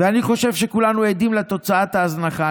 ואני חושב שכולנו עדים לתוצאת ההזנחה.